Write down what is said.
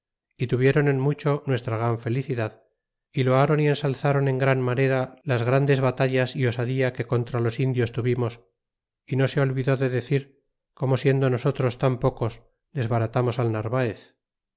y tuvieron en mucho nuestra gran felicidad y loaron y ensalzron en gran manera las grandes batallas y osadía que contra los indios tuvimos y no se olvidó de decir como siendo nosotros tan poco desbaratamos al narvaez